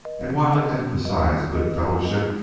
and while it emphasized good-fellowship,